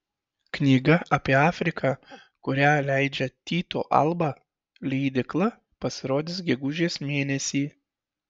knyga apie afriką kurią leidžia tyto alba leidykla pasirodys gegužės mėnesį